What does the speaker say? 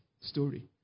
story